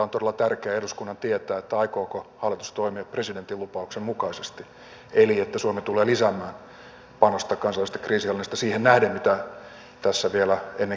on todella tärkeää eduskunnan tietää aikooko hallitus toimia presidentin lupauksen mukaisesti eli että suomi tulee lisäämään panosta kansainväliseen kriisinhallintaan siihen nähden mitä tässä vielä ennen kesälomia puhuttiin